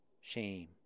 shame